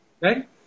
Right